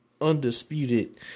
undisputed